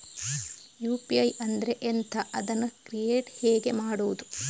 UPI ಅಂದ್ರೆ ಎಂಥ? ಅದನ್ನು ಕ್ರಿಯೇಟ್ ಹೇಗೆ ಮಾಡುವುದು?